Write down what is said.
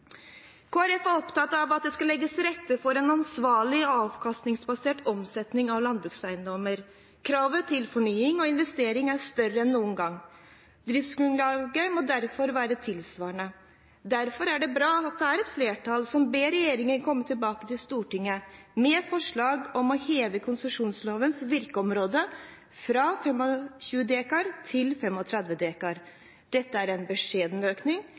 er opptatt av at det skal legges til rette for en ansvarlig og avkastningsbasert omsetning av landbrukseiendommer. Kravet til fornying og investering er større enn noen gang. Driftsgrunnlaget må derfor være tilsvarende. Derfor er det bra at det er et flertall som ber regjeringen komme tilbake til Stortinget med forslag om å heve konsesjonslovens virkeområde fra 25 dekar til 35 dekar. Dette er en beskjeden økning,